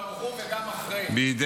לפני השואה היה הקדוש ברוך הוא וגם אחרי,